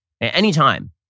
Anytime